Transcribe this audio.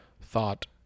thought –